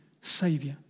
Savior